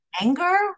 anger